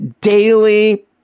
daily